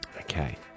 Okay